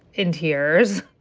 in tears.